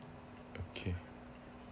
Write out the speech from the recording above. okay